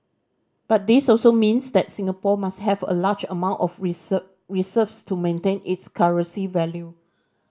but this also means that Singapore must have a large amount of reserves to maintain its currency value